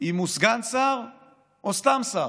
אם הוא סגן שר או סתם שר.